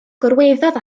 gorweddodd